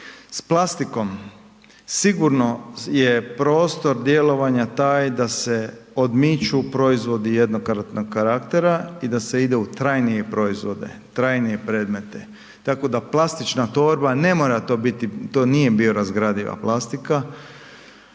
s plastikom je sigurno prostor djelovanja taj da se odmiču proizvodi jednokratnog karaktera i da se ide u trajnije proizvode, trajnije predmete, tako da plastična torba, ne mora to biti to nije biorazgradiva plastika,